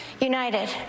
united